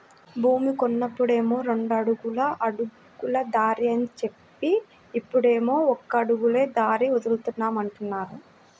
భూమి కొన్నప్పుడేమో రెండడుగుల అడుగుల దారి అని జెప్పి, ఇప్పుడేమో ఒక అడుగులే దారికి వదులుతామంటున్నారు